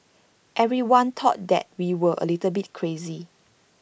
everyone thought that we were A little bit crazy